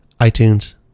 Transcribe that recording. iTunes